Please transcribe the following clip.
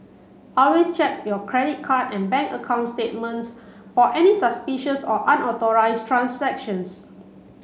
always check your credit card and bank account statements for any suspicious or unauthorised transactions